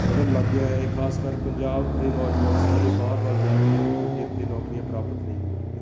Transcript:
ਵੱਧਣ ਲੱਗ ਗਿਆ ਹੈ ਖਾਸ ਕਰ ਪੰਜਾਬ ਦੇ ਨੌਜਵਾਨ ਸਾਰੇ ਬਾਹਰ ਵੱਲ ਜਾ ਰਹੇ ਹਨ ਕਿਉਂਕਿ ਇੱਥੇ ਨੌਕਰੀਆਂ ਪ੍ਰਾਪਤ ਨਹੀਂ ਹੋ ਰਹੀਆਂ